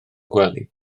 gwely